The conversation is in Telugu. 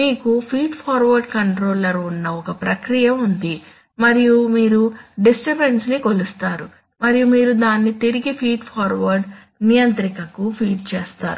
మీకు ఫీడ్ ఫార్వర్డ్ కంట్రోలర్ ఉన్న ఒక ప్రక్రియ ఉంది మరియు మీరు డిస్టర్బన్స్ ని కొలుస్తారు మరియు మీరు దాన్ని తిరిగి ఫీడ్ఫార్వర్డ్ నియంత్రికకు ఫీడ్ చేస్తారు